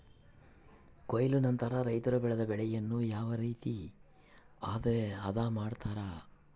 ಕೊಯ್ಲು ನಂತರ ರೈತರು ಬೆಳೆದ ಬೆಳೆಯನ್ನು ಯಾವ ರೇತಿ ಆದ ಮಾಡ್ತಾರೆ?